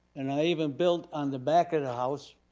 and i even built on the back of the house,